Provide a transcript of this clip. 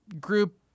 group